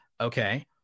okay